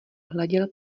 hleděl